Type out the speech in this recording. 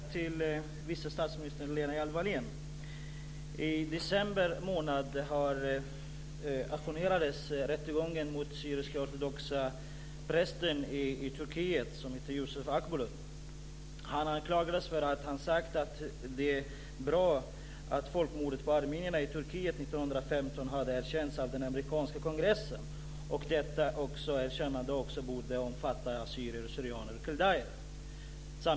Fru talman! Jag har en fråga till vice statsminister I december månad ajournerades rättegången mot den assyrisk ortodoxa prästen Yosuf Akbulut i Turkiet. Han anklagas för att han har sagt att det är bra att folkmordet på armenierna i Turkiet 1915 har erkänts av den amerikanska kongressen och att detta erkännande också borde omfatta assyrier, syrianer och kaldéer.